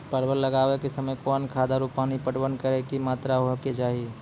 परवल लगाबै के समय कौन खाद आरु पानी पटवन करै के कि मात्रा होय केचाही?